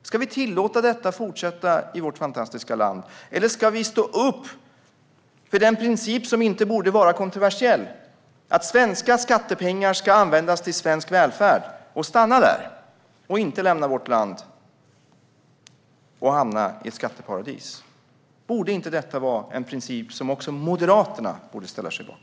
Ska vi tillåta att detta fortsätter i vårt fantastiska land? Eller ska vi stå upp för den princip som inte borde vara kontroversiell, nämligen att svenska skattepengar ska användas till svensk välfärd och stanna där och inte lämna vårt land och hamna i skatteparadis? Borde inte detta vara en princip som även Moderaterna ställer sig bakom?